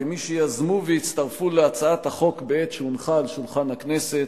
כמי שיזמו והצטרפו להצעת החוק בעת שהונחה על שולחן הכנסת,